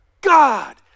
God